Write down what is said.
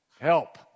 help